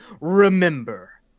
Remember